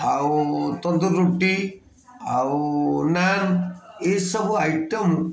ଆଉ ତନ୍ଦୁର ରୁଟି ଆଉ ନାନ୍ ଏସବୁ ଆଇଟମ୍